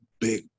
big